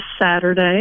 Saturday